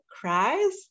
cries